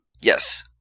Yes